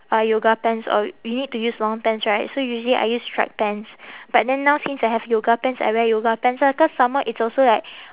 uh yoga pants or you need to use long pants right so usually I use striped pants but then now since I have yoga pants I wear yoga pants ah cause some more it's also like